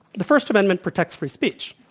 the first amendment protects free speech,